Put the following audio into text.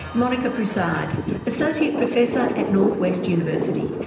monica prasad, associate professor at north western university